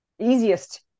easiest